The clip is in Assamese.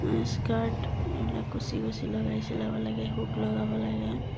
স্কাৰ্ট এইবিলাক কুছি কুছি লগাই চিলাব লাগে হুক লগাব লাগে